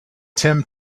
tim